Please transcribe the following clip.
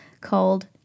called